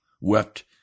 wept